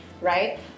right